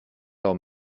leurs